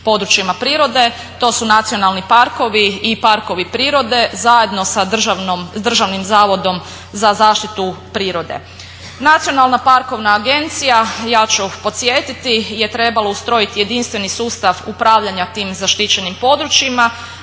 područjima prirode, to su nacionalni parkovi i parkovi prirode zajedno sa Državnim zavodom za zaštitu prirode. Nacionalna parkovna agencija, ja ću podsjetiti je trebala ustrojiti jedinstveni sustav upravljanja tim zaštićenim područjima